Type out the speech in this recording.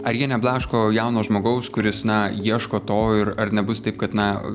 ar jie neblaško jauno žmogaus kuris na ieško to ir ar nebus taip kad na